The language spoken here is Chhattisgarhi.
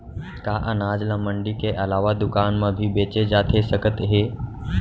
का अनाज ल मंडी के अलावा दुकान म भी बेचे जाथे सकत हे?